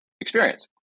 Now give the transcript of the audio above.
experience